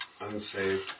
unsaved